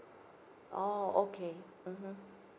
orh okay mmhmm